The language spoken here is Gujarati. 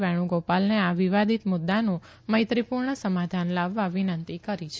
વેણુગો ાલને આ વિવાદીત મુદ્દાનું મૈત્રીપુર્ણ સમાધાન લાવવા વિનંતી કરી છે